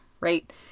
right